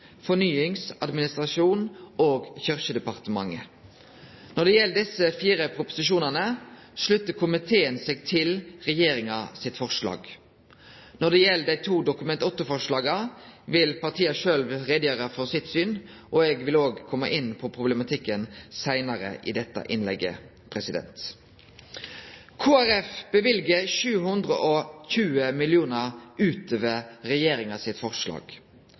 administrasjons-, og kirkedepartementet. Når det gjeld desse fire proposisjonane, sluttar komiteen seg til regjeringa sitt forslag. Når det gjeld dei to Dokument 8-forslaga, vil partia sjølve gjere greie for sitt syn, og eg vil òg kome inn på problematikken seinare i dette innlegget. Kristeleg Folkeparti løyver 720 mill. kr. utover regjeringa sitt forslag.